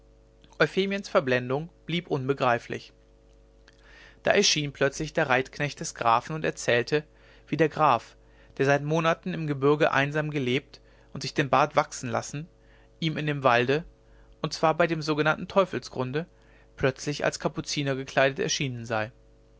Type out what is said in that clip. euphemiens verblendung blieb unbegreiflich da erschien plötzlich der reitknecht des grafen und erzählte wie der graf der seit monaten im gebürge einsam gelebt und sich den bart wachsen lassen ihm in dem walde und zwar bei dem sogenannten teufelsgrunde plötzlich als kapuziner gekleidet erschienen sei